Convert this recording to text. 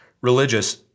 religious